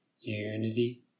unity